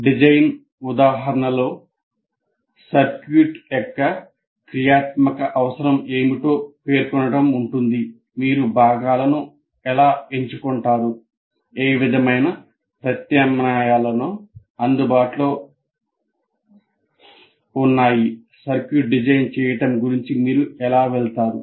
design ఉదాహరణలో circuit యొక్క క్రియాత్మక అవసరం ఏమిటో పేర్కొనడం ఉంటుంది మీరు భాగాలను ఎలా ఎంచుకుంటారు ఏ విధమైన ప్రత్యామ్నాయాలు అందుబాటులో ఉన్నాయి సర్క్యూట్ డిజైన్ చేయడం గురించి మీరు ఎలా వెళ్తారు